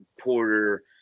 Porter